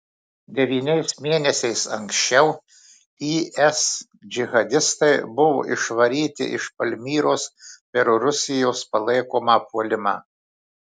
devyniais mėnesiais anksčiau is džihadistai buvo išvaryti iš palmyros per rusijos palaikomą puolimą